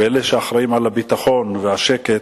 ואלה שאחראים לביטחון ולשקט,